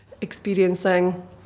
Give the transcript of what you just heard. experiencing